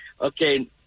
Okay